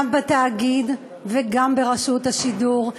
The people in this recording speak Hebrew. גם בתאגיד וגם ברשות השידור.